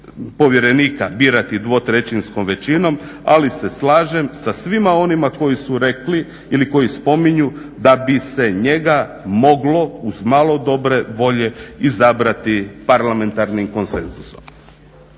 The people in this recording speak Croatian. povjerenika birati 2/3-skom većinom ali se slažem sa svima onima koji su rekli ili koji spominju da bi se njega moglo uz malo dobre volje izabrati parlamentarnim konsenzusom.